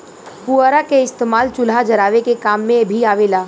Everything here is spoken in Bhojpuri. पुअरा के इस्तेमाल चूल्हा जरावे के काम मे भी आवेला